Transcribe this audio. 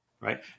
Right